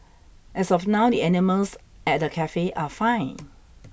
as of now the animals at the cafe are fine